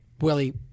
Willie